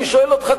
אני שואל אותך,